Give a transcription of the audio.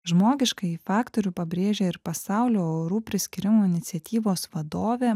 žmogiškąjį faktorių pabrėžė ir pasaulio orų priskyrimo iniciatyvos vadovė